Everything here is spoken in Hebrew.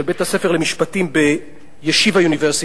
של בית-הספר למשפטים ב"ישיבה יוניברסיטי",